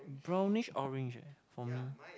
brownish orange leh for me